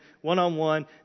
one-on-one